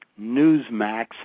Newsmax